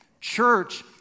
Church